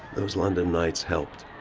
those london nights helped.